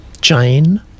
Jane